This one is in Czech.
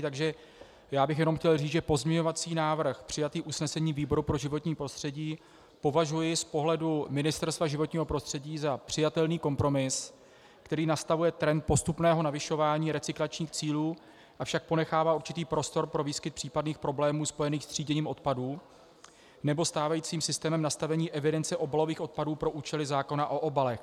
Takže já bych chtěl jenom říct, že pozměňovací návrh přijatý v usnesení výboru pro životní prostředí považuji z pohledu Ministerstva životního prostředí za přijatelný kompromis, který nastavuje trend postupného navyšování recyklačních cílů, avšak ponechává určitý prostor pro výskyt případných problémů spojených s tříděním odpadů nebo stávajícím systémem nastavení evidence obalových odpadů pro účely zákona o obalech.